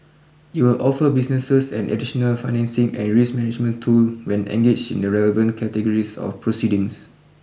it will offer businesses an additional financing and risk management tool when engaged in the relevant categories of proceedings